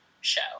show